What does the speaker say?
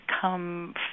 come